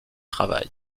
travail